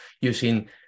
using